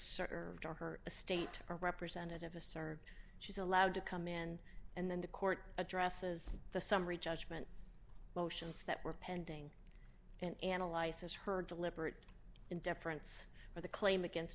served on her a state representative a served she's allowed to come in and then the court addresses the summary judgment motions that were pending and analyzes her deliberate in deference to the claim against